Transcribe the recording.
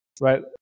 right